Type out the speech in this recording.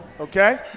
Okay